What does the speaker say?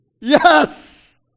Yes